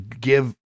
give